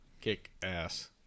Kick-ass